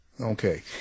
Okay